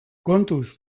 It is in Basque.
kontuz